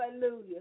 Hallelujah